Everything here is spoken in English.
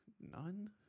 None